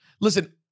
Listen